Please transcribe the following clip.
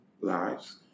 lives